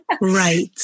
Right